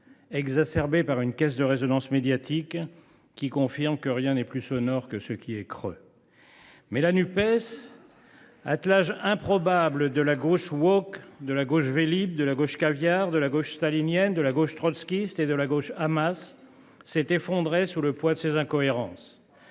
exacerbé par une caisse de résonance médiatique qui confirme que rien n’est plus sonore que ce qui est creux. Bravo ! La Nupes, attelage improbable de la gauche, de la gauche Vélib’, de la gauche caviar, de la gauche stalinienne, de la gauche trotskiste et de la gauche Hamas, s’est effondrée sous le poids de ses incohérences.